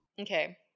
Okay